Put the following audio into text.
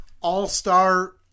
all-star